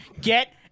Get